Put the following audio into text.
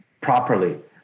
properly